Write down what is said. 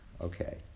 okay